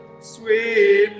sweet